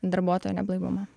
darbuotojo neblaivumą